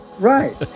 Right